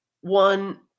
one